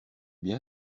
bien